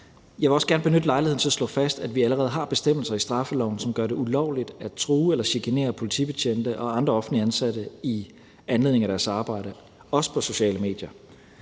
Jeg vil også gerne benytte lejligheden til at slå fast, at vi allerede har bestemmelser i straffeloven, som gør det ulovligt at true eller chikanere politibetjente og andre offentligt ansatte i anledning af deres arbejde, også på sociale medier.